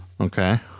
Okay